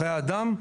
חיי אדם,